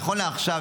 נכון לעכשיו,